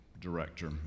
director